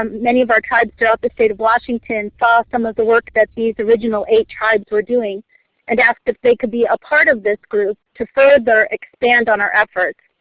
um many of our tribes dropped the state of washington saw some of the work that these original eight tribes were doing and asked if they could be a part of this group to further expand on our efforts.